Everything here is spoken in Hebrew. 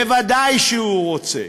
ודאי שהוא רוצה.